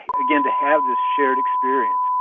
again, to have this shared experience.